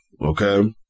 Okay